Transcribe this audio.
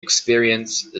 experience